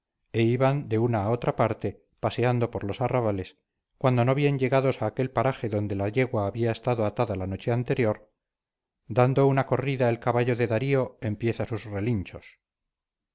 e iban de una a otra parte paseando por los arrabales cuando no bien llegados a aquel paraje donde la yegua había estado atada la noche anterior dando una corrida el caballo de darío empieza sus relinchos